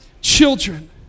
children